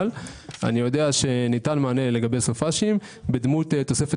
אני יודע שניתן מענה לגבי סופ"שים בדמות תוספת